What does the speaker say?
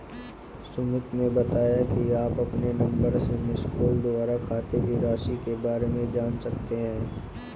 सुमित ने बताया कि आप अपने नंबर से मिसकॉल द्वारा खाते की राशि के बारे में जान सकते हैं